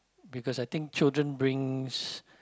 because I think children brings